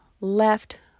left